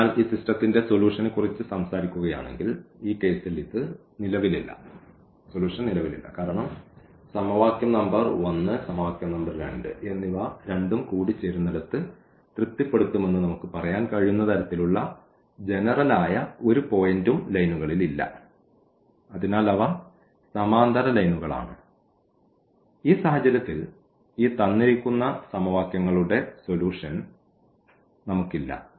അതിനാൽ ഈ സിസ്റ്റത്തിന്റെ സൊല്യൂഷനെക്കുറിച്ച് സംസാരിക്കുകയാണെങ്കിൽ ഈ കേസിൽ ഇത് നിലവിലില്ല കാരണം സമവാക്യം നമ്പർ 1 സമവാക്യം നമ്പർ 2 എന്നിവ രണ്ടും കൂടിച്ചേരുന്നിടത്ത് തൃപ്തിപ്പെടുത്തുമെന്ന് നമുക്ക് പറയാൻ കഴിയുന്ന തരത്തിലുള്ള ജെനറൽ ആയ ഒരു പോയിന്റും ലൈനുകളിൽ ഇല്ല അതിനാൽ അവ സമാന്തര ലൈനുകൾ ആണ് ഈ സാഹചര്യത്തിൽ ഈ തന്നിരിക്കുന്ന സമവാക്യങ്ങളുടെ സൊല്യൂഷൻ നമുക്കില്ല